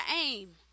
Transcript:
aim